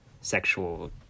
sexual